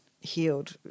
healed